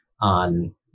on